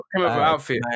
outfit